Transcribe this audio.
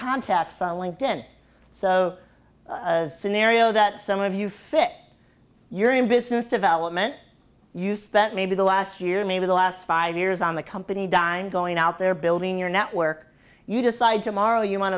contacts on linked in so scenario that some of you fit you're in business development you spent maybe the last year maybe the last five years on the company dime going out there building your network you decide tomorrow you want